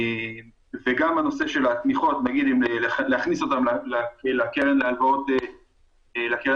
וגם בנושא של התמיכות - להכניס אותם לקרן הלוואות מדינה,